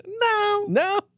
No